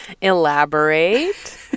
Elaborate